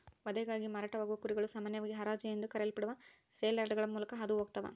ವಧೆಗಾಗಿ ಮಾರಾಟವಾಗುವ ಕುರಿಗಳು ಸಾಮಾನ್ಯವಾಗಿ ಹರಾಜು ಎಂದು ಕರೆಯಲ್ಪಡುವ ಸೇಲ್ಯಾರ್ಡ್ಗಳ ಮೂಲಕ ಹಾದು ಹೋಗ್ತವ